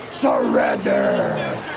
surrender